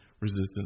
resistance